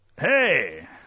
Hey